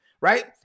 right